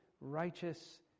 righteous